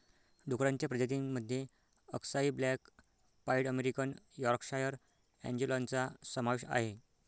डुक्करांच्या प्रजातीं मध्ये अक्साई ब्लॅक पाईड अमेरिकन यॉर्कशायर अँजेलॉनचा समावेश आहे